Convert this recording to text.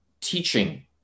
teaching